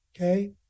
okay